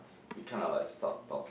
we kind of like stop top